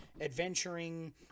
adventuring